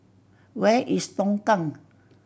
where is Tongkang